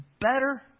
better